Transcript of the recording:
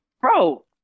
Bro